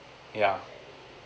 yeah